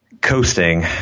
coasting